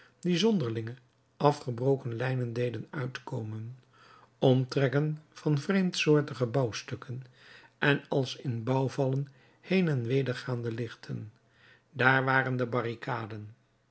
die zonderlinge afgebroken lijnen deden uitkomen omtrekken van vreemdsoortige bouwstukken en als in bouwvallen heen en weder gaande lichten daar waren de barricaden